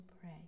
pray